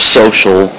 social